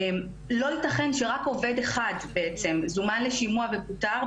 לא ייתכן שרק עובד אחד זומן לשימוע ופוטר,